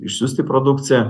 išsiųsti produkciją